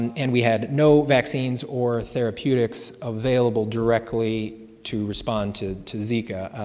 and we had no vaccines or therapeutics available directly to respond to to zika.